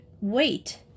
wait